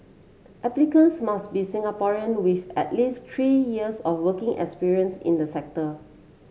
applicants must be Singaporean with at least three years of working experience in the sector